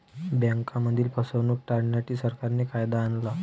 बँकांमधील फसवणूक टाळण्यासाठी, सरकारने कायदा आणला